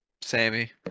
Sammy